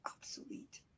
Obsolete